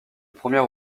premier